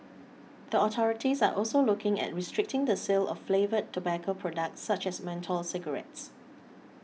the authorities are also looking at restricting the sale of flavoured tobacco products such as menthol cigarettes